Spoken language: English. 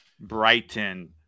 Brighton